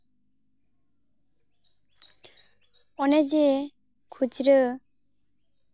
ᱚᱱᱮ ᱡᱮ ᱠᱷᱩᱪᱨᱟᱹ